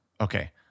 Okay